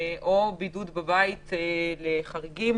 או לחריגים